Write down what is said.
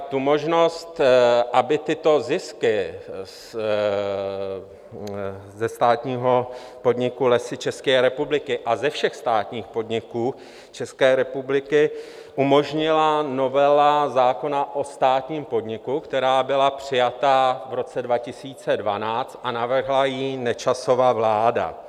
Tu možnost, aby tyto zisky ze státního podniku Lesy České republiky a ze všech státních podniků České republiky umožnila novela zákona o státním podniku, která byla přijata v roce 2012 a navrhla ji Nečasova vláda.